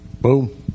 Boom